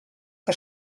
que